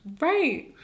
Right